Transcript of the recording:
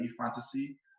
Fantasy